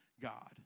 God